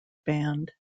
band